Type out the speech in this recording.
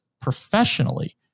professionally